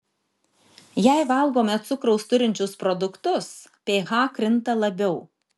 jei valgome cukraus turinčius produktus ph krinta labiau